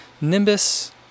nimbus